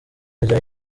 rya